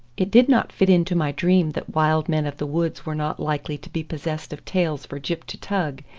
it did not fit into my dream that wild men of the woods were not likely to be possessed of tails for gyp to tug,